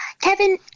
Kevin